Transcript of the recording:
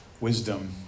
wisdom